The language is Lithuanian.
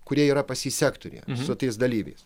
kurie yra pas jį sektoriuje su tais dalyviais